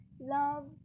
love